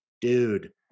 Dude